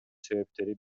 себептери